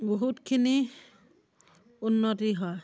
বহুতখিনি উন্নতি হয়